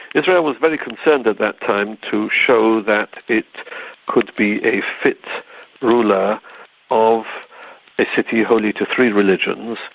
israel was very concerned at that time to show that it could be a fit ruler of a city holy to three religions,